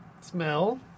Smell